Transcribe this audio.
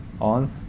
on